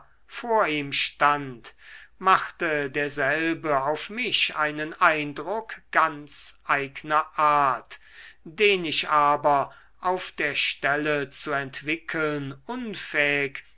vor ihm stand machte derselbe auf mich einen eindruck ganz eigner art den ich aber auf der stelle zu entwickeln unfähig